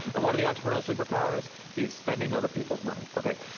and one of the entrepreneurial super powers is spending other people's money, okay.